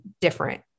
different